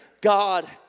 God